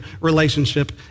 relationship